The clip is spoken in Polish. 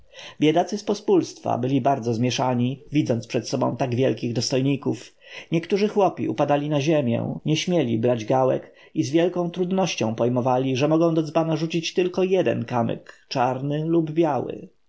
z pospólstwa byli bardzo zmieszani widząc przed sobą tak wielkich dostojników niektórzy chłopi upadali na ziemię nie śmieli brać gałek i z wielką trudnością pojmowali że mogą do dzbana rzucić tylko jeden kamyk czarny lub biały